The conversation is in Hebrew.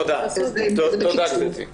תודה, גברתי.